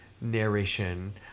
narration